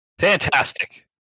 fantastic